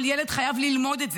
כל ילד חייב ללמוד את זה,